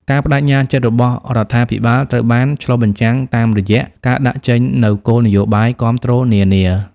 ការប្តេជ្ញាចិត្តរបស់រដ្ឋាភិបាល ត្រូវបានឆ្លុះបញ្ចាំងតាមរយៈការដាក់ចេញនូវគោលនយោបាយគាំទ្រនានា។